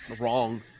Wrong